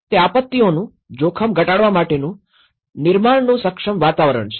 તે આપત્તિઓનું જોખમ ઘટાડવા માટેનું નિર્માણનું સક્ષમ વાતાવરણ છે